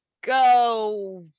go